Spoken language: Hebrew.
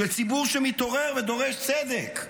של ציבור שמתעורר ודורש צדק,